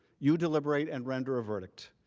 you delivery and render a verdict.